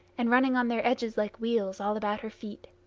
and running on their edges like wheels, all about her feet.